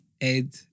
Ed